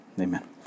Amen